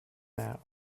now